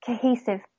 cohesive